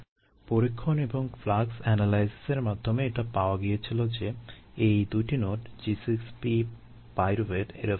পরীক্ষণ এবং ফ্লাক্স এনালাইসিসের মাধ্যমে এটি পাওয়া গিয়েছিল যে এই 2 টি নোড G 6 P পাইরুভেট এরা ফ্লেক্সিবল